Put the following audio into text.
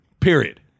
period